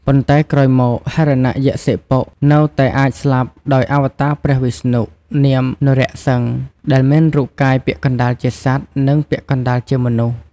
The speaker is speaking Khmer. ប៉ុន្តែក្រោយមក ហិរណយក្សសិបុនៅតែអាចស្លាប់ដោយអវតារព្រះវិស្ណុ នាម នរសិង្ហ ដែលមានរូបកាយពាក់កណ្តាលជាសត្វ និងពាក់កណ្តាលជាមនុស្ស។